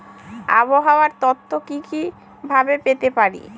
আবহাওয়ার তথ্য কি কি ভাবে পেতে পারি?